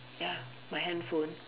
ya my handphone